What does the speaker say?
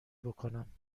بکنم